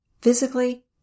physically